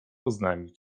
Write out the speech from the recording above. oznajmił